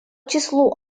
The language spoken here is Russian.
числу